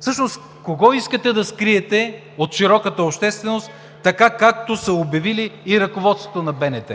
Всъщност кого искате да скриете от широката общественост, както е обявило и ръководството на БНТ?